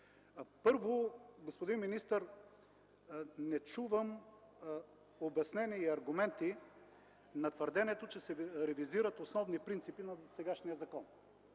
Първо, господин министър, не чувам обяснения и аргументи на твърдението, че се ревизират основни принципи на сегашния закон.